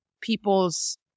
people's